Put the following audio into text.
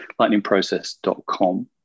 lightningprocess.com